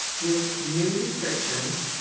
with new restrictions